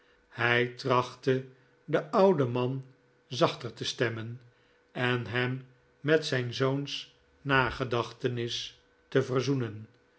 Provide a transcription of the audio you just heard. hij trachtte den ouden man zachter te stemmen en hem met zijn zoons nagedachtenis te verzoenen